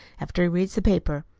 after he reads the paper.